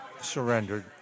surrendered